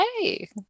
hey